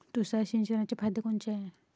तुषार सिंचनाचे फायदे कोनचे हाये?